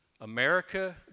America